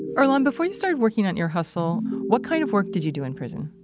earlonne, before you started working on ear hustle, what kind of work did you do in prison?